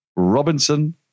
Robinson